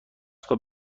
خواب